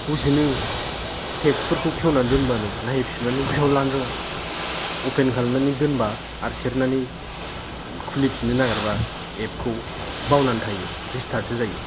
दसेनो तेफसफोरखौ खेवनानै दोनबानो नाहैफिनबानो गोसोआव लानो रोङा अपेन खालामनानै दोनबा आर सेरनानै खुलिफिन्नो नागेरबा एफखौ बावनानै थायो रिस्थारसो जायो